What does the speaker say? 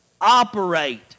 operate